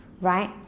right